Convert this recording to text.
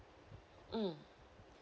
mm